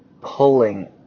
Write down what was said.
pulling